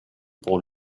pour